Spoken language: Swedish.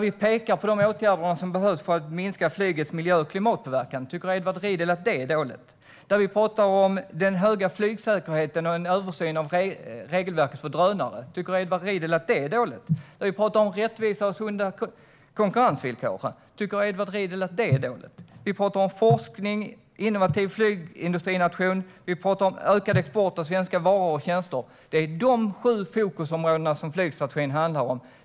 Vi pekar på de åtgärder som behövs för att minska flygets miljö och klimatpåverkan. Tycker Edward Riedl att det är dåligt? Vi talar om den höga flygsäkerheten och en översyn av regelverket för drönare. Tycker Edward Riedl att det är dåligt? Vi talar om rättvisa och sunda konkurrensvillkor. Tycker Edward Riedl att det är dåligt? Vi talar om forskning, en innovativ flygindustrination och ökad export av svenska varor och tjänster. Det är dessa sju fokusområden som flygstrategin handlar om.